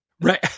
Right